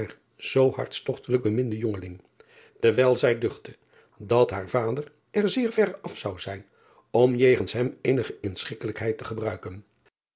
zoo hartelijk beminden jongeling terwijl zij duchtte dat haar vader er zeer verre af zou zijn om jegens hem driaan oosjes zn et leven van aurits ijnslager eenige inschikkelijkheid te gebruiken